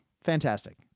fantastic